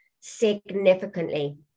significantly